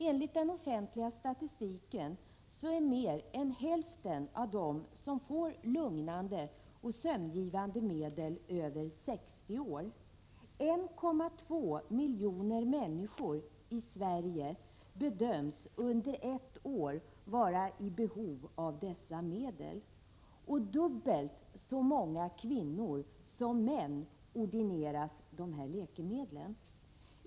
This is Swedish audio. Enligt den offentliga statistiken är mer än hälften av dem som får lugnande och sömngivande medel över 60 år. 1,2 miljoner människor i Sverige bedöms under ett år vara i behov av dessa läkemedel, och dubbelt så många kvinnor som män ordineras läkemedlen.